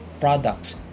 products